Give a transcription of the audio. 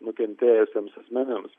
nukentėjusiems asmenims